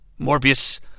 Morbius